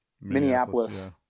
Minneapolis